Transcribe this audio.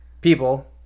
people